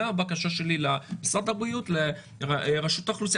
זו הבקשה שלי למשרד הבריאות ולרשות האוכלוסין.